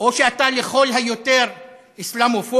או שאתה לכל היותר אסלאמופוב,